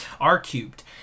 R-cubed